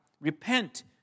Repent